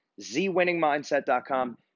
zwinningmindset.com